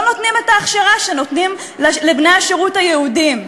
לא נותנים את ההכשרה שנותנים לבני השירות היהודים.